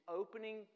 opening